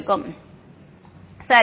மாணவர் சரி